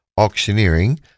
auctioneering